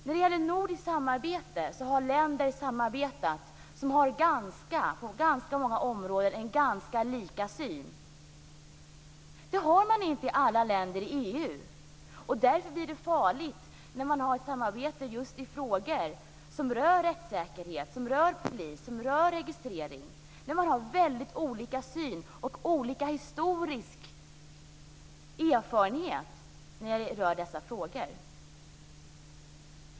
När det gäller nordiskt samarbete har länder samarbetat som på ganska många områden har en likartad syn. Det har man inte i alla länder i EU, och därför blir det farligt i ett samarbete just i de frågor som rör rättssäkerhet, polis och registrering när man har väldigt olika syn och olika historisk erfarenhet i dessa frågor.